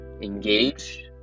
Engage